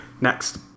Next